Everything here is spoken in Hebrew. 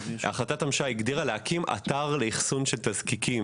החלטת הממשלה הגדירה להקים אתר לאחסון של תזקיקים.